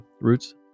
roots